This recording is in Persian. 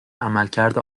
عملکرد